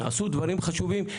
נעשו דברים חשובים,